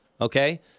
Okay